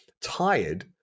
Tired